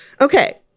Okay